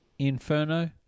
Inferno